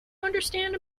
understand